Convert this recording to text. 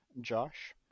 Josh